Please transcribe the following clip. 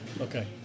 Okay